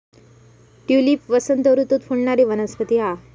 tulip वसंत ऋतूत फुलणारी वनस्पती हा